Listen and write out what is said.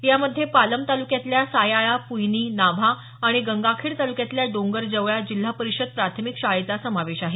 यामध्ये पालम तालुक्यातल्या सायाळा पुयनी नाव्हा आणि गंगाखेड तालुक्यातल्या डोंगरजवळा जिल्हा परिषद प्राथमिक शाळेचा समावेश आहे